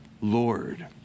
Lord